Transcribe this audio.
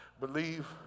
believe